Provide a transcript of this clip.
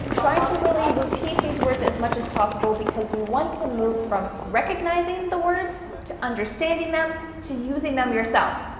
try to really repeat these words as much as possible because you want to move from recognizing the words to understanding them, to using them yourself.